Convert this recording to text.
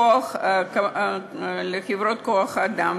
לחברות כוח-אדם.